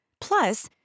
plus